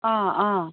ꯑꯥ ꯑꯥ